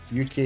uk